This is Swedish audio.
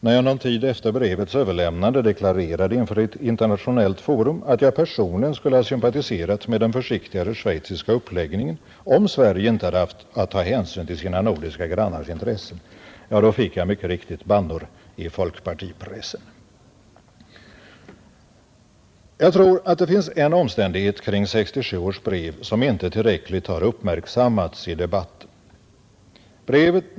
När jag någon tid efter brevets överlämnande deklarerade inför ett internationellt forum att jag personligen skulle ha sympatiserat med den försiktigare schweiziska uppläggningen, om Sverige inte haft att ta hänsyn till sina nordiska grannars intressen, fick jag mycket riktigt bannor i folkpartipressen. Jag tror att det finns en omständighet kring 1967 års brev som inte tillräckligt uppmärksammats i debatten.